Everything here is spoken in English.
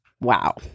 Wow